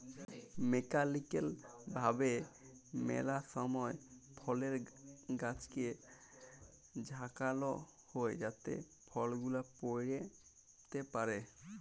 mechanical ভাবে ম্যালা সময় ফলের গাছকে ঝাঁকাল হই যাতে ফল গুলা পইড়তে পারে